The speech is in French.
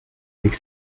avec